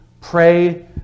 pray